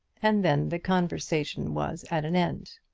and then the conversation was at an end.